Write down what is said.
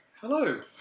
Hello